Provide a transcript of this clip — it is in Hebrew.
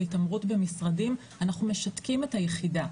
התעמרות במשרדים אנחנו משתקים את היחידה,